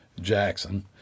Jackson